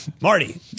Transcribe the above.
Marty